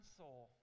soul